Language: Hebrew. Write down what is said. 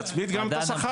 תצמיד גם את השכר.